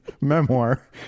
memoir